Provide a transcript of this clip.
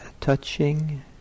touching